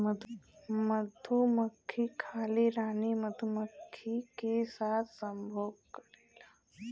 मधुमक्खी खाली रानी मधुमक्खी के साथ संभोग करेला